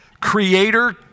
creator